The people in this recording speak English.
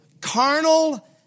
carnal